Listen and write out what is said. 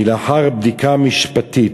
הצוות קבע, לאחר בדיקה משפטית,